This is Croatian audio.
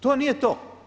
To nije to.